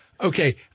Okay